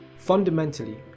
Fundamentally